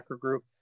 group